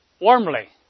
Warmly